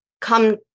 come